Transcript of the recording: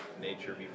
nature